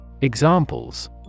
Examples